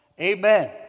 Amen